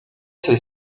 ses